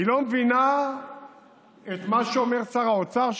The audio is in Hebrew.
היא לא מבינה את מה שאומר שר האוצר,